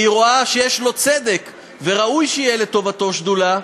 כי היא רואה שיש בו צדק וראוי שתהיה לטובתו שדולה,